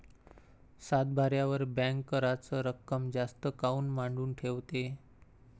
सातबाऱ्यावर बँक कराच रक्कम जास्त काऊन मांडून ठेवते?